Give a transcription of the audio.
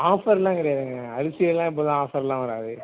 ஆஃபரெலாம் கிடையாதுங்க அரிசி எல்லாம் எப்போதும் ஆஃபரெலாம் வராது